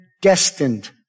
destined